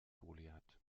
goliath